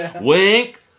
Wink